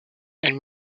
elle